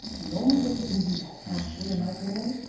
the only way you can do that, actually, in my opinion,